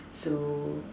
so